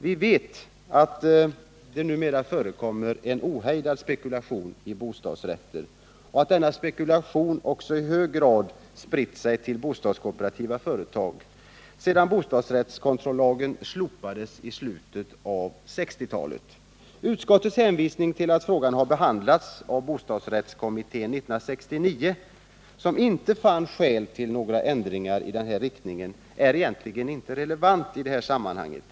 Vi vet att det numera förekommer en ohejdad spekulation i bostadsrätter och att denna spekulation också i hög grad spritt sig till de bostadskooperativa företagen sedan bostadsrättskontrollagen slopades i slutet av 1960-talet. Utskottets hänvisning till att frågan 1969 behandlades av bostadsrättskommittén, som inte fann skäl till några ändringar i den här riktningen, är inte relevant i sammanhanget.